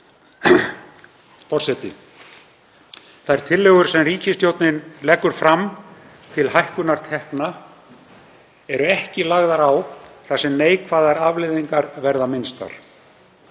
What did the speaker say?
Þær tillögur sem ríkisstjórnin leggur fram til hækkunar tekna eru ekki lagðar á þar sem neikvæðar afleiðingar verða minnstar.